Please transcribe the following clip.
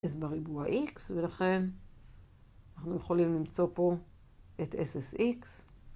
s בריבוע x ולכן אנחנו יכולים למצוא פה את ssx.